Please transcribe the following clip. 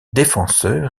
défenseur